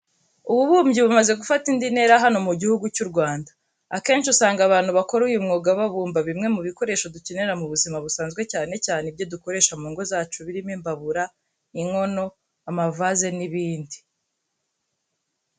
Ububumbyi bumaze gufata indi ntera hano mu gihugu cy'u Rwanda. Akenshi usanga abantu bakora uyu mwuga babumba bimwe mu bikoresho dukenera mu buzima busanzwe cyane cyane ibyo dukoresha mu ngo zacu birimo imbabura, inkono, amavaze n'ibindi.